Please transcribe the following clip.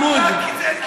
אתה קיצוני.